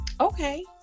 Okay